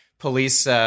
police